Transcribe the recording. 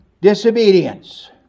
disobedience